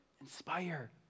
inspire